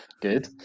Good